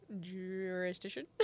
jurisdiction